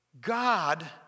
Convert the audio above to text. God